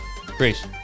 Greece